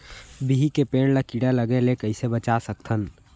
बिही के पेड़ ला कीड़ा लगे ले कइसे बचा सकथन?